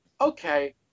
okay